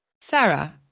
Sarah